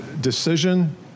Decision